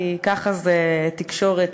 כי ככה זה תקשורת,